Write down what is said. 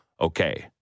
okay